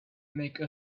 make